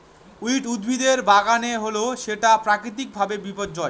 weed উদ্ভিদের বাগানে হলে সেটা প্রাকৃতিক ভাবে বিপর্যয়